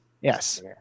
Yes